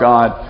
God